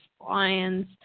Lions